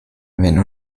wenn